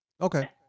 okay